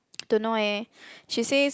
don't know eh she says